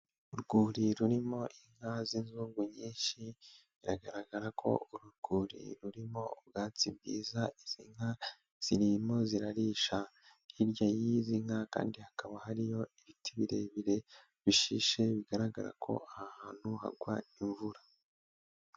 Urwuri rurimo inka z'inzungu nyinshi. Biragaragara ko uru rwuri rurimo ubwatsi bwiza, izi nka zirimo zirarisha. Hirya y'izi nka kandi hakaba hariyo ibiti birebire bishishe, bigaragara ko aha hantu hagwa imvura.